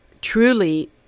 truly